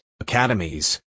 academies